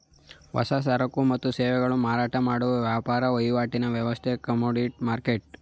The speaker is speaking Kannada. ಹೊಸ ಸರಕು ಮತ್ತು ಸೇವೆಗಳನ್ನು ಮಾರಾಟ ಮಾಡುವ ವ್ಯಾಪಾರ ವಹಿವಾಟಿನ ವ್ಯವಸ್ಥೆ ಕಮೋಡಿಟಿ ಮರ್ಕೆಟ್